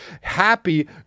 Happy